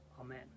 Amen